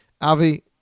Avi